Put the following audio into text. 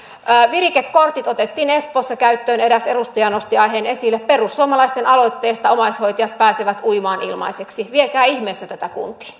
virikekortit otettiin espoossa käyttöön eräs edustaja nosti aiheen esille perussuomalaisten aloitteesta omaishoitajat pääsevät uimaan ilmaiseksi viekää ihmeessä tätä